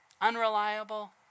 unreliable